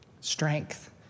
strength